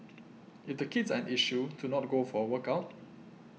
if the kids are an issue to not go for a workout